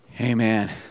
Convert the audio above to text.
Amen